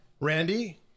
randy